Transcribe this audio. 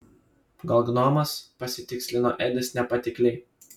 gal gnomas pasitikslino edis nepatikliai